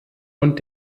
und